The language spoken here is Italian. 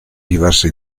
diverse